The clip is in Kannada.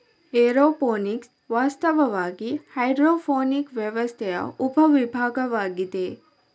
ಏರೋಪೋನಿಕ್ಸ್ ವಾಸ್ತವವಾಗಿ ಹೈಡ್ರೋಫೋನಿಕ್ ವ್ಯವಸ್ಥೆಯ ಉಪ ವಿಭಾಗವಾಗಿದೆ